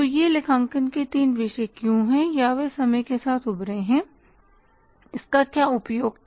तो ये लेखांकन के तीन विषय क्यों हैं या वे समय के साथ उभरे हैं इसका क्या उपयोग था